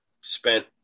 spent